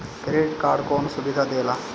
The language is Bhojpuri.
क्रेडिट कार्ड कौन सुबिधा देला?